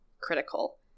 critical